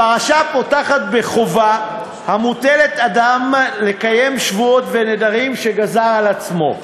הפרשה פותחת בחובה המוטלת על אדם לקיים שבועות ונדרים שגזר על עצמו.